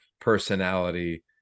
personality